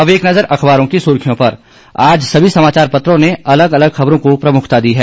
अब एक नजर अखबारों की सुर्खियों पर आज सभी समाचार पत्रों ने अलग अलग खबरों को प्रमुखता दी है